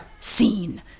Scene